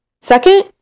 Second